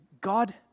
God